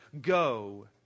go